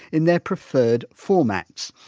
in their preferred formats.